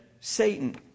Satan